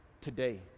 today